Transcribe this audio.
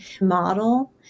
model